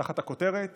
תחת הכותרת